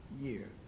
year